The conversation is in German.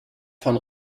von